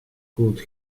could